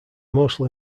mostly